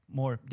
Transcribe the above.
more